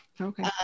Okay